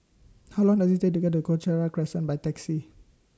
How Long Does IT Take to get to Cochrane Crescent By Taxi